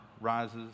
rises